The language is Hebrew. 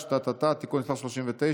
(הוראת שעה) (הגבלת פעילות והוראות נוספות) (תיקון מס' 39),